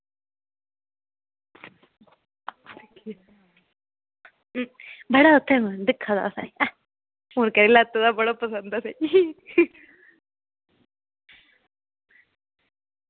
बड़ा उत्थें दिक्खा दा असें ई हून लैता दा बड़ा पसंद ऐ असें ई